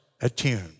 attuned